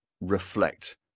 reflect